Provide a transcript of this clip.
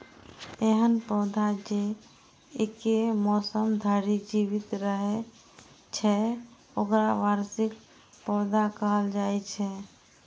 एहन पौधा जे एके मौसम धरि जीवित रहै छै, ओकरा वार्षिक पौधा कहल जाइ छै